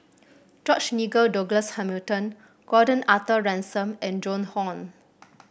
George Nigel Douglas Hamilton Gordon Arthur Ransome and Joan Hon